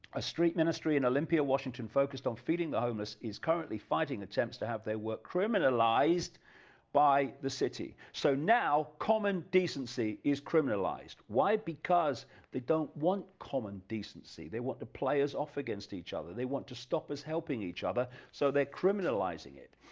a street ministry in olympia washington, focused on feeding the homeless is currently fighting attempts to have their work criminalized by the city, so now common decency is criminalized, why? because they don't want common decency, they want to play us off against each other, they want to stop us helping each other so they are criminalizing it.